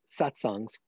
satsangs